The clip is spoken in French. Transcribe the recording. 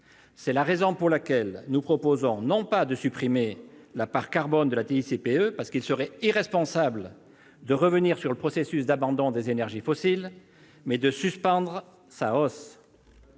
C'est la raison pour laquelle nous proposons non pas de supprimer la part carbone de la TICPE, parce qu'il serait irresponsable de revenir sur le processus d'abandon des énergies fossiles, mais de suspendre sa hausse.